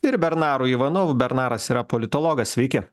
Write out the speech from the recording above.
ir bernaru ivanovu bernaras yra politologas sveiki